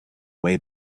way